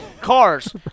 cars